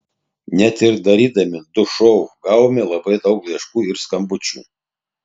net ir darydami du šou gavome labai daug laiškų ir skambučių